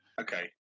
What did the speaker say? Okay